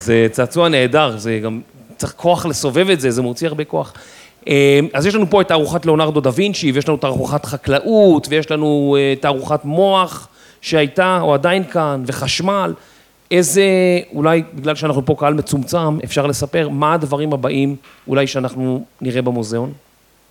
זה צעצוע נהדר, זה גם... צריך כוח לסובב את זה, זה מוציא הרבה כוח. אז יש לנו פה את תערוכת לאונרדו דווינצ'י, ויש לנו תערוכת חקלאות. ויש לנו את תערוכת מוח שהייתה, או עדיין כאן, וחשמל איזה... אולי בגלל שאנחנו פה קהל מצומצם, אפשר לספר מה הדברים הבאים אולי